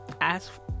ask